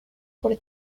por